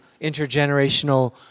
intergenerational